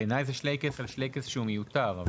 בעיניי, זה שלייקעס על שלייקעס שהוא מיותר.